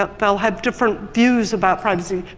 ah they'll have different views about privacy,